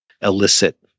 elicit